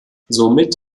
somit